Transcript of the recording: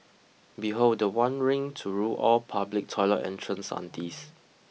behold the one ring to rule all public toilet entrance aunties